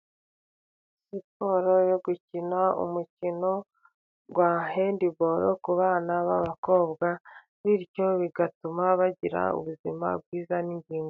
Siporo yo gukina umukino wa handiboro ku bana b'abakobwa, bityo bigatuma bagira ubuzima bwiza n'ingingo.